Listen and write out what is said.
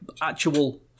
actual